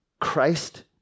Christ